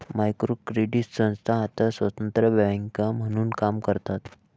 micro credit संस्था आता स्वतंत्र बँका म्हणून काम करतात